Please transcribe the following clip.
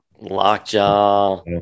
lockjaw